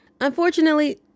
Unfortunately